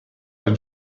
den